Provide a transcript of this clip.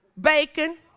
bacon